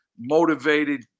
motivated